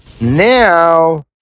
now